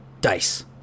dice